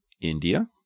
India